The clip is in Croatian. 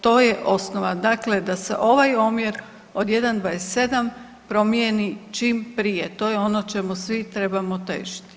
To je osnova, dakle da se ovaj omjer od 1:27 promjeni čim prije, to je ono čemu svi trebamo težiti.